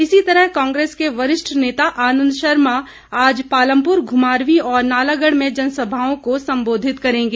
इसी तरह कांग्रेस के वरिष्ठ नेता आनंद शर्मा आज पालमपुर घुमारवीं और नालागढ़ में जनसभाओं को संबोधित करेंगे